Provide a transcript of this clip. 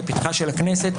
לפתחה של הכנסת,